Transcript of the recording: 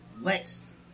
Lex